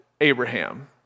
Abraham